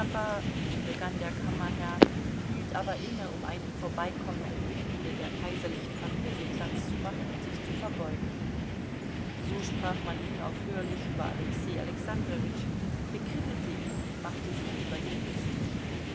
begann der kammerherr hielt aber inne um einem vorbeikommenden mitgliede der kaiserlichen familie platz zu machen und sich zu verbeugen so sprach man unaufhörlich über alexei alexandrowitsch bekrittelte ihn und machte sich über ihn lustig